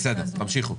בסדר, תמשיכו.